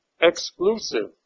exclusive